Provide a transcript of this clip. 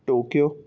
Tokyo